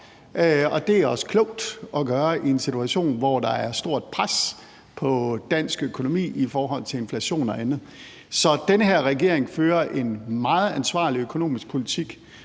det er også klogt at gøre i en situation, hvor der er stort pres på dansk økonomi i forhold til inflation og andet. Så den her regering fører en meget ansvarlig økonomisk politik,